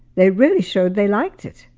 they really showed they liked it.